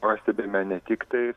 pastebime ne tik tai